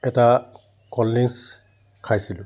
এটা cold drinks খাইছিলোঁ